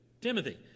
Timothy